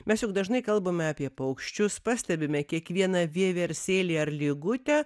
mes juk dažnai kalbame apie paukščius pastebime kiekvieną vieversėlį ar lygutę